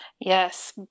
Yes